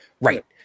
Right